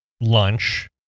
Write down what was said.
lunch